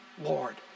Lord